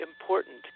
important